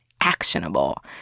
actionable